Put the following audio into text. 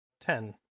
Ten